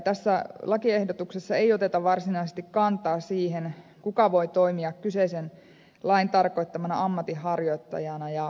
tässä lakiehdotuksessa ei oteta varsinaisesti kantaa siihen kuka voi toimia kyseisen lain tarkoittamana ammatinharjoittajana